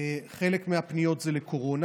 חלק מהפניות זה לקורונה,